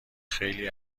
خیلی